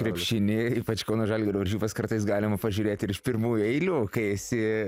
krepšinį ypač kauno žalgirio varžybas kartais galima pažiūrėti ir iš pirmųjų eilių kai esi